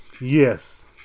Yes